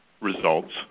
results